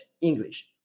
English